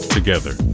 Together